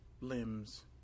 limbs